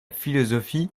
philosophie